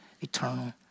Eternal